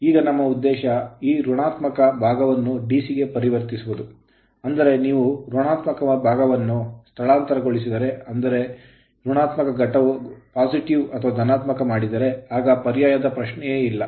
ಈಗ ನಮ್ಮ ಉದ್ದೇಶ ಈ negative ಋಣಾತ್ಮಕವನ್ನು ಭಾಗವನ್ನು ಡಿಸಿಗೆ ಪರಿವರ್ತಿಸುವುದು ಅಂದರೆ ನೀವು negative ಋಣಾತ್ಮಕವನ್ನು ಭಾಗವನ್ನು ಸ್ಥಳಾಂತರಗೊಳಿಸಿದರೇ ಅಂದರೆ ಈ negative ಋಣಾತ್ಮಕ ಘಟಕವು positive ಧನಾತ್ಮಕವಾಗಿ ಮಾಡಿದರೆ ಆಗ ಪರ್ಯಾಯದ ಪ್ರಶ್ನೆಯೇ ಇಲ್ಲ